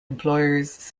employers